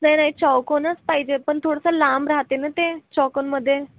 नाही नाही चौकोनच पाहिजे पण थोडंसं लांब राहते ना ते चौकोनमध्ये